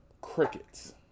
Crickets